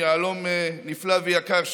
יהלום נפלא ויקר,